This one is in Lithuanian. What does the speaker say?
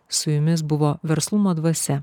su jumis buvo verslumo dvasia